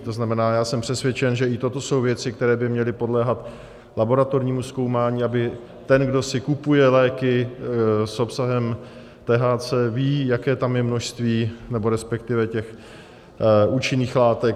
To znamená, já jsem přesvědčen, že i toto jsou věci, které by měly podléhat laboratornímu zkoumání, ať ten, kdo si kupuje léky s obsahem THC, ví, jaké tam je množství, respektive účinných látek.